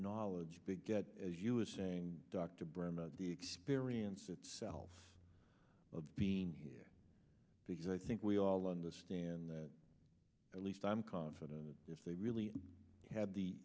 knowledge big get as you were saying dr brown the experience itself of being here because i think we all understand that at least i'm confident that if they really had the